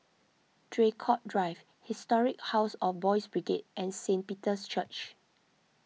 Draycott Drive Historic House of Boys' Brigade and Saint Peter's Church